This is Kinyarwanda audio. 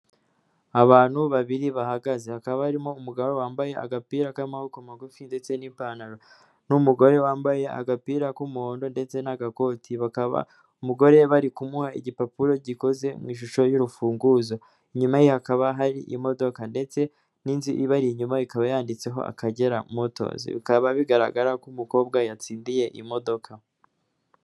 Abantu babiri bahagaze, hakaba harimo umugabo wambaye agapira k'amaboko magufi ndetse n'ipantaro n'umugore wambaye agapira k'umuhondo ndetse n'agakoti, bakaba umugore bari kumuha igipapuro gikoze mu ishusho y'urufunguzo, inyuma ye hakaba hari imodoka ndetse n'inzu ibari inyuma ikaba yanditseho Akagera motozi. Bikaba bigaragara ko umukobwa yatsindiye imodoka.